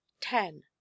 ten